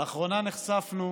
לאחרונה נחשפנו